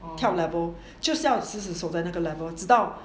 跳 level 就是要死死守在那个 level 直到